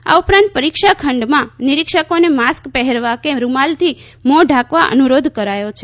આ ઉપરાંત પરીક્ષાખંડમાં નીરીક્ષકોને માસ્ક પહેરવા કે રૂમાલથી મ્હો ઢાંકવા અનુરોધ કરાયો છે